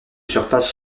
surfaces